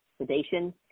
Sedation